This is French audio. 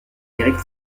direct